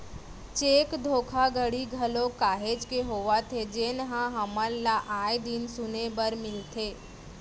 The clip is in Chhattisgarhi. चेक धोखाघड़ी घलोक काहेच के होवत हे जेनहा हमन ल आय दिन सुने बर मिलथे